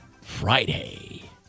Friday